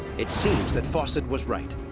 it seems that fawcett was right.